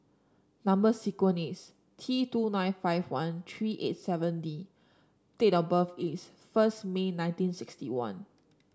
number sequence is T two nine five one three eight seven D date of birth is first May nineteen sixty one